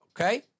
Okay